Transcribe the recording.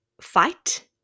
fight